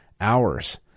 hours